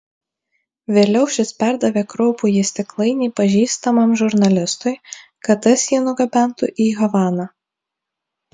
vėliau šis perdavė kraupųjį stiklainį pažįstamam žurnalistui kad tas jį nugabentų į havaną